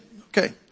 Okay